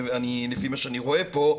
לפי מה שאני רואה פה,